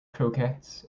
croquettes